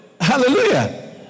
Hallelujah